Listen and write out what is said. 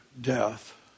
death